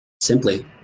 Simply